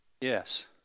Yes